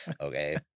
Okay